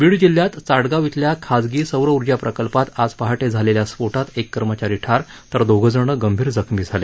बीड जिल्ह्यात चाटगाव इथल्या खाजगी सौर ऊर्जा प्रकल्पात आज पहाटे झालेल्या स्फोटात एक कर्मचारी ठार तर दोघं गंभीर जखमी झाले